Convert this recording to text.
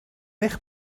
eich